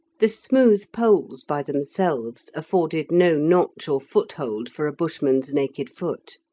the smooth poles by themselves afforded no notch or foothold for a bushman's naked foot.